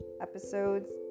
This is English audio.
Episodes